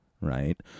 right